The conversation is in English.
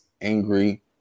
angry